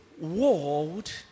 world